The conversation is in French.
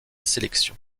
sélection